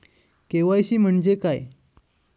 KYC म्हणजे काय आहे?